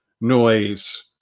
noise